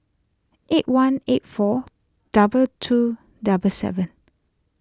eight one eight four double two double seven